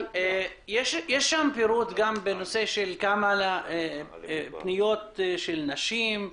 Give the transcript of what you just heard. יש פירוט כמה פניות הם של נשים,